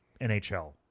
NHL